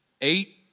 eight